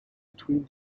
between